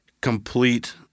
complete